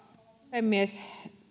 puhemies